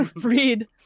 read